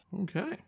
Okay